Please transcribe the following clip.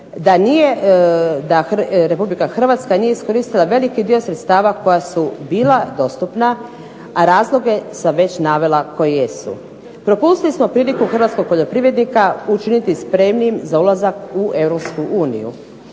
jasno je da Republike Hrvatska nije iskoristila veliki dio sredstava koja su bila dostupna, a razloge sam navela koje jesu. Propustili smo priliku hrvatskog poljoprivrednika učiniti spremnim za ulazak u